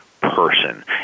person